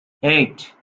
eight